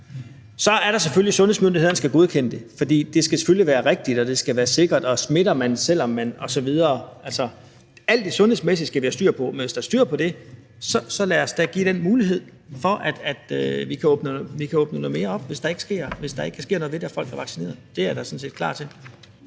få lov til det. Sundhedsmyndighederne skal selvfølgelig godkende det, fordi det skal være rigtigt og det skal være sikkert, og måske smitter man, selv om man er osv. ... Alt sundhedsmæssigt skal vi have styr på, men hvis der er styr på det, så lad os da give den mulighed for, at vi kan åbne mere op, hvis der ikke sker noget ved det og folk er vaccineret. Det er jeg da sådan set klar til.